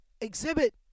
exhibit